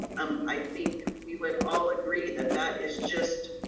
um i think we would all agree that that is just,